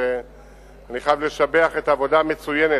שאני חייב לשבח את העבודה המצוינת,